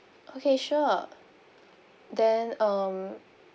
okay sure then um